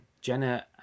Jenna